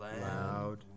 Loud